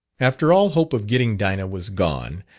after all hope of getting dinah was gone,